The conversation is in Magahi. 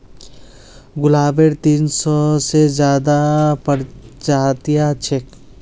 गुलाबेर तीन सौ से ज्यादा प्रजातियां छेक